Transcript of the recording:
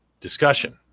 discussion